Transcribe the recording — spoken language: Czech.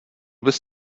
bys